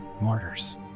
Martyrs